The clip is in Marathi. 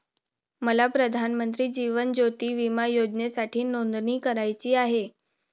मला प्रधानमंत्री जीवन ज्योती विमा योजनेसाठी नोंदणी करायची आहे